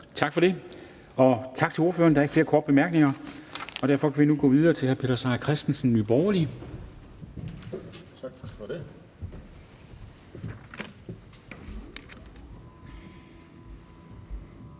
Dam Kristensen): Tak til ordføreren. Der er ikke flere korte bemærkninger, og derfor kan vi gå videre til hr. Peter Seier Christensen, Nye Borgerlige.